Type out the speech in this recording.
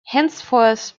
henceforth